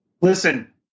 Listen